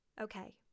Okay